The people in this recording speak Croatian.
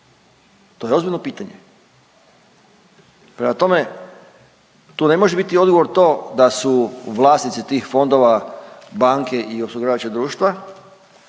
to je ozbiljno pitanje. Prema tome, tu ne može biti odgovor to da su vlasnici tih fondova banke i osiguravajuća društva